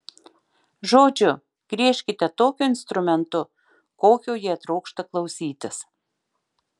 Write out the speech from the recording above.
žodžiu griežkite tokiu instrumentu kokio jie trokšta klausytis